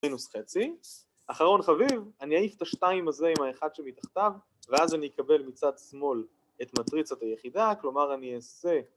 ‫מינוס חצי, אחרון חביב, ‫אני אעיף את ה-2 הזה עם ה-1 שמתחתיו, ‫ואז אני אקבל מצד שמאל ‫את מטריצת היחידה, ‫כלומר, אני אעשה...